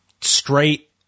straight